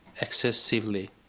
excessively